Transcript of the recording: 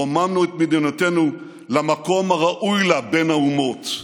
רוממנו את מדינתנו למקום הראוי לה בין האומות.